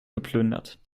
geplündert